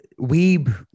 weeb